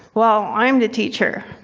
well, i'm the teacher.